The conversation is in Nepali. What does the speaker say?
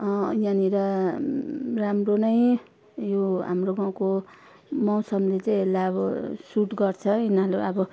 यहाँनिर राम्रो नै यो हाम्रो गाउँको मौसमले चाहिँ यसलाई अब सुट गर्छ यिनीहरू अब